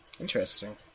Interesting